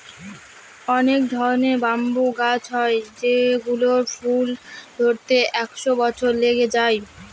অনেক ধরনের ব্যাম্বু গাছ হয় যেগুলোর ফুল ধরতে একশো বছর লেগে যায়